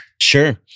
Sure